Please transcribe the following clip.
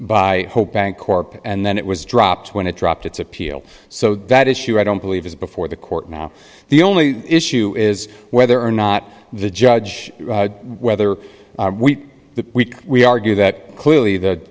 by hope bancorp and then it was dropped when it dropped its appeal so that issue i don't believe is before the court now the only issue is whether or not the judge whether the we argue that clearly th